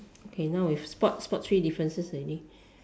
okay now we spot spot three differences already